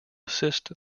assist